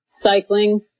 Cycling